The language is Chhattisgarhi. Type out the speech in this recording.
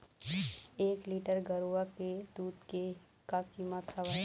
एक लीटर गरवा के दूध के का कीमत हवए?